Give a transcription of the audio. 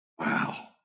Wow